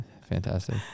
fantastic